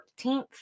14th